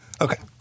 Okay